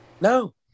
No